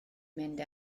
mynd